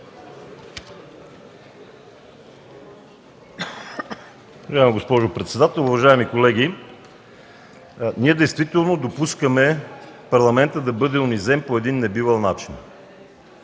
Уважаема госпожо председател, уважаеми колеги! Ние действително допускаме Парламентът да бъде унизен по един небивал начин.